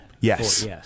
Yes